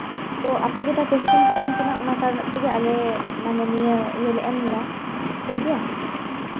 ᱛᱚ ᱟᱯᱮ ᱡᱮᱴᱟ ᱠᱚᱥᱪᱟᱱ ᱯᱮ ᱮᱢ ᱠᱟᱱᱟ ᱚᱱᱟ ᱠᱟᱨᱚᱱ ᱛᱮᱜᱮ ᱟᱞᱮ ᱢᱟᱱᱮ ᱱᱤᱭᱟᱹ ᱤᱭᱟᱹᱞᱮ ᱮᱢᱫᱟ ᱴᱷᱤᱠ ᱜᱮᱭᱟ